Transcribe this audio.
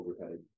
overhead